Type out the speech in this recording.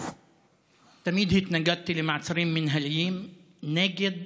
תמיד התנגדתי למעצרים מינהליים נגד